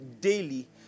daily